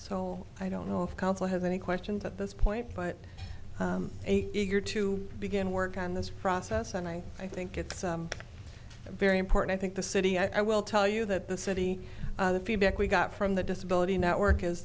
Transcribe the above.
so i don't know if counsel has any questions at this point but eager to begin work on this process and i i think it's very important i think the city i will tell you that the city the feedback we got from the disability network is